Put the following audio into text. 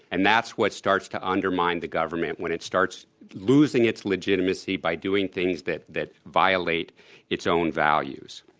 and that's what starts to undermine thegovernment, when it starts losing its legitimacy by doing things that that violate its own values.